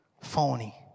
Phony